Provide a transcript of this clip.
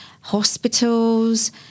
hospitals